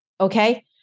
okay